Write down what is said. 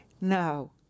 No